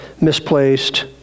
misplaced